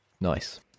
Nice